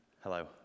hello